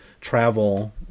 travel